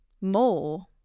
more